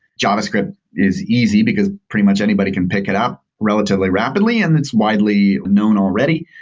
javascript is easy because pretty much anybody can pick it up relatively rapidly and it's widely known already.